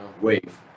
wave